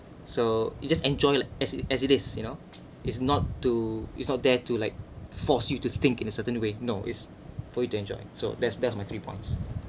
so you just enjoy like as it as it is you know is not to is not there to like force you to think in a certain way no is for you to enjoy so that's that's my three points